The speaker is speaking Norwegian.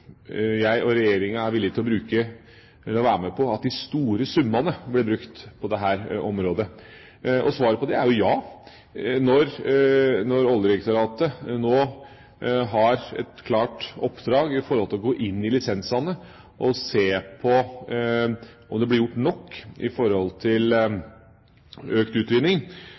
og jeg er villig til å være med på at de store summene blir brukt på dette området. Svaret på det er jo ja. Når Oljedirektoratet nå har fått et klart oppdrag om å gå inn i lisensene og se på om det blir gjort nok for økt utvinning,